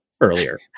earlier